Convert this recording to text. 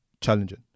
challenging